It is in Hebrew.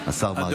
השר מרגי.